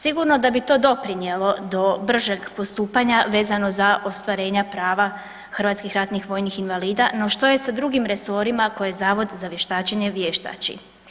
Sigurno da bi to doprinijelo do bržeg postupanja vezano za ostvarenja prava Hrvatskih ratnih vojnih invalida, no što je sa drugim resorima koje Zavod za vještačenje vještači.